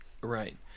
Right